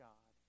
God